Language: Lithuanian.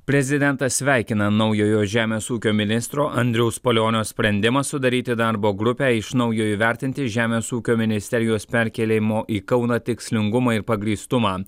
prezidentas sveikina naujojo žemės ūkio ministro andriaus palionio sprendimą sudaryti darbo grupę iš naujo įvertinti žemės ūkio ministerijos perkėlimo į kauną tikslingumą ir pagrįstumą